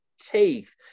teeth